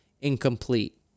incomplete